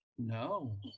no